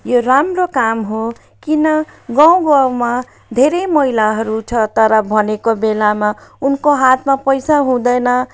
यो राम्रो काम हो किन गाउँ गाउँमा धेरै महिलाहरू छ तर भनेको बेलामा उनको हातमा पैसा हुँदैन